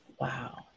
Wow